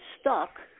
stuck